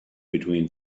between